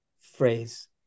phrase